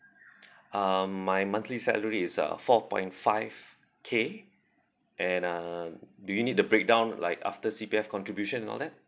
um my monthly salary is uh four point five K and uh do you need the breakdown like after C_P_F contribution and all that